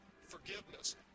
forgiveness